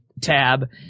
tab